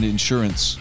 Insurance